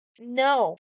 No